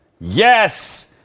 Yes